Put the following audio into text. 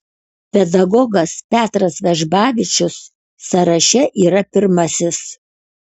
pedagogas petras vežbavičius sąraše yra pirmasis